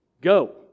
go